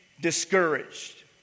discouraged